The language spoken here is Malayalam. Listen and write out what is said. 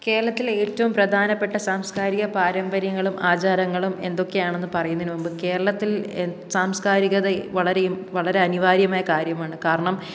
കേരളത്തിലെ ഏറ്റവും പ്രധാനപ്പെട്ട സാംസ്കാരിക പാരമ്പര്യങ്ങളും ആചാരങ്ങളും എന്തൊക്കെയാണെന്ന് പറയുന്നതിനു മുൻപ് കേരളത്തിൽ എ സാംസ്കാരികത വളരെയും വളരെ അനിവാര്യമായ കാര്യമാണ് കാരണം